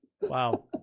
wow